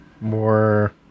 more